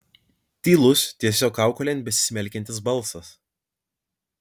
tylus tiesiog kaukolėn besismelkiantis balsas